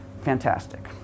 fantastic